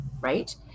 right